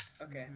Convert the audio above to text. Okay